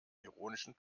ironischen